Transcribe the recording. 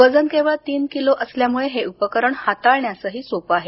वजन केवळ तीन किलो असल्यामुळे हे उपकरण हाताळण्यासही सोपं आहे